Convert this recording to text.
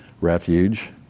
refuge